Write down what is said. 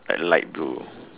like light blue